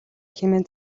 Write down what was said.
хэмээн